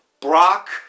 Brock